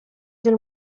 del